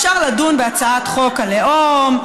אפשר לדון בהצעת חוק הלאום,